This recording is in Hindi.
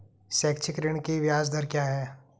शैक्षिक ऋण की ब्याज दर क्या है?